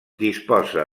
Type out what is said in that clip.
disposa